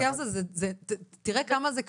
זה לוקח, תראה כמה זה קשה.